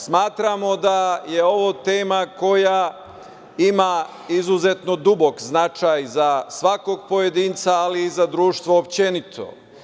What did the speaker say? Smatramo da je ovo tema koja ima izuzetno dubok značaj za svakog pojedinca ali i za društvo općenito.